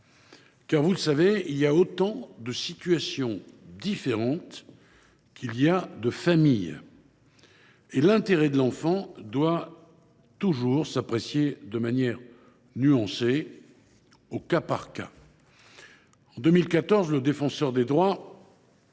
Comme vous le savez, il y a autant de situations différentes que de familles. L’intérêt de l’enfant doit donc toujours s’apprécier de manière nuancée, au cas par cas. En 2014, le Défenseur des droits